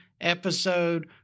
episode